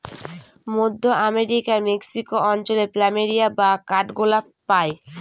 মধ্য আমেরিকার মেক্সিকো অঞ্চলে প্ল্যামেরিয়া বা কাঠগোলাপ পাই